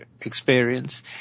experience